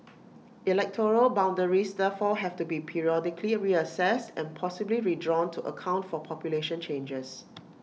electoral boundaries therefore have to be periodically reassessed and possibly redrawn to account for population changes